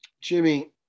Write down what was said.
Jimmy